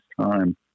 time